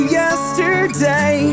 yesterday